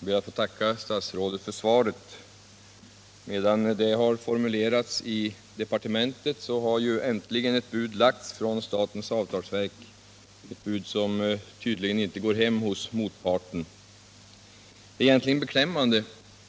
Herr talman! Jag ber att få tacka statsrådet för svaret. Medan detta har formulerats i departementet har äntligen ett bud framlagts från statens avtalsverk, ett bud som tydligen inte går hem hos motparten. Det är egentligen beklämmande